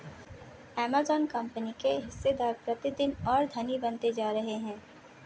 Amazon company के हिस्सेदार प्रतिदिन और धनी बनते जा रहे हैं